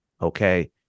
okay